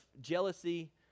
jealousy